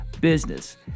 Business